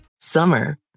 Summer